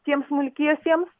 tiems smulkiesiems